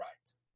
rights